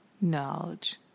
knowledge